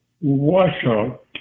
washout